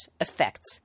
effects